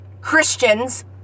Christians